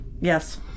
Yes